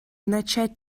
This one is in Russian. начать